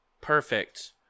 Perfect